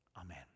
Amen